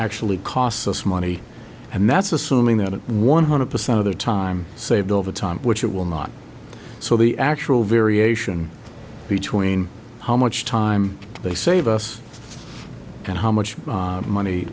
actually costs us money and that's assuming that it one hundred percent of the time saved over time which it will not so the actual variation between how much time they save us and how much money